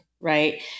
right